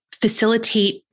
facilitate